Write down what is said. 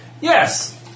Yes